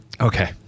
Okay